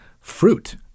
fruit